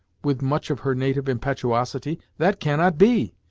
with much of her native impetuosity that cannot be!